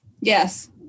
yes